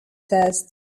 processed